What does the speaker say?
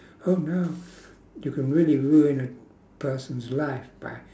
oh no you can really ruin a person's life by